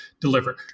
deliver